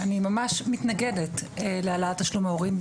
ממש מתנגדת להעלאת תשלומי הורים,